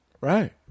Right